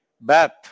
bath